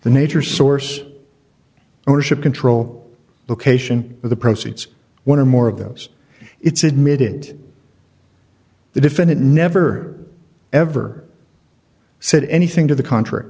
the nature source ownership control location of the proceeds one or more of those it's admitted the defendant never ever said anything to the contr